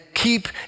Keep